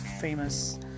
famous